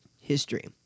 history